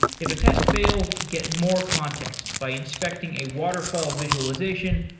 if a test fails, get more context by inspecting a waterfall visualization,